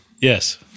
Yes